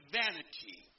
vanity